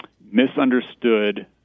misunderstood